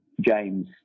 James